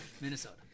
Minnesota